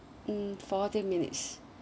mm forty minutes